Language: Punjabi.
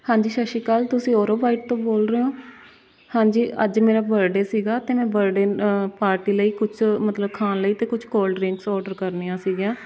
ਹਾਂਜੀ ਸਤਿ ਸ਼੍ਰੀ ਅਕਾਲ ਤੁਸੀਂ ਓਰੋਬਾਈਟ ਤੋਂ ਬੋਲ ਰਹੇ ਹੋ ਹਾਂਜੀ ਅੱਜ ਮੇਰਾ ਬ੍ਰਡੇ ਸੀਗਾ ਅਤੇ ਮੈਂ ਬ੍ਰਡੇ ਪਾਰਟੀ ਲਈ ਕੁਛ ਮਤਲਬ ਖਾਣ ਲਈ ਅਤੇ ਕੁਛ ਕੋਲਡ ਡਰਿੰਕਸ ਔਡਰ ਕਰਨੀਆਂ ਸੀਗੀਆ